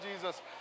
Jesus